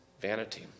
vanity